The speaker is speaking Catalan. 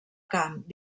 camp